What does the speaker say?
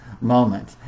Moment